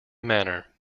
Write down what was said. manor